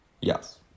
Yes